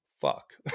fuck